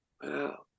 Wow